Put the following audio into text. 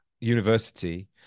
university